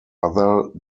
other